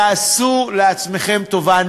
תעשו לעצמכם טובה,